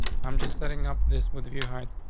i'm just setting up this with a view height.